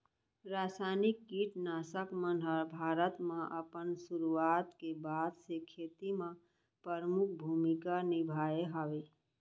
रासायनिक किट नाशक मन हा भारत मा अपन सुरुवात के बाद से खेती मा परमुख भूमिका निभाए हवे